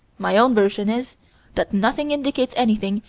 my own version is that nothing indicates anything,